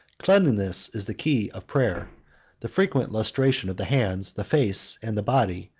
cleanliness is the key of prayer the frequent lustration of the hands, the face, and the body,